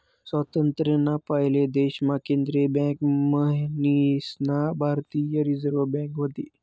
स्वातंत्र्य ना पयले देश मा केंद्रीय बँक मन्हीसन भारतीय रिझर्व बँक व्हती